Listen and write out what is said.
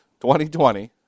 2020